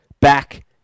back